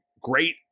great